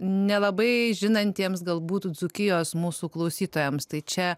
nelabai žinantiems galbūt dzūkijos mūsų klausytojams tai čia